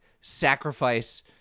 sacrifice